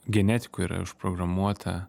genetikoj yra užprogramuota